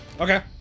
Okay